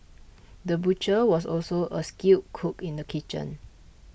the butcher was also a skilled cook in the kitchen